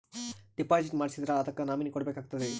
Deposit ಮಾಡ್ಸಿದ್ರ ಅದಕ್ಕ nominee ಕೊಡಬೇಕಾಗ್ತದ್ರಿ?